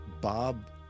Bob